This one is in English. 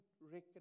recognize